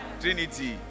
Trinity